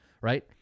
right